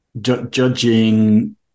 judging